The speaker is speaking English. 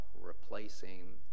replacing